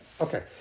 Okay